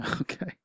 Okay